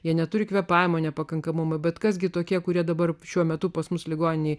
jie neturi kvėpavimo nepakankamumo bet kas gi tokie kurie dabar šiuo metu pas mus ligoninėje